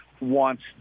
wants